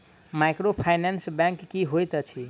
Microfinance bank की होइत अछि?